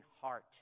heart